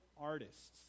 artists